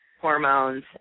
hormones